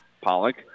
Pollock